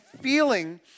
feeling